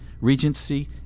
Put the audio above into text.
Regency